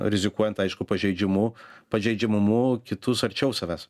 rizikuojant aišku pažeidžiamu pažeidžiamumu kitus arčiau savęs